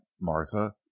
martha